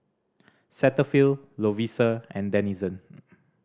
Cetaphil Lovisa and Denizen